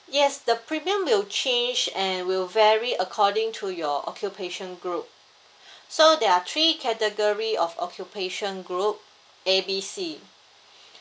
yes the premium will change and will vary according to your occupation group so there are three category of occupation group A B C